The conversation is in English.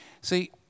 see